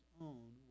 own